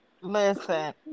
listen